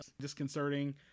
disconcerting